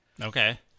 Okay